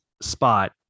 spot